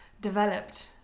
developed